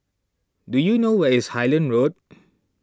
do you know where is Highland Road